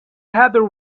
heather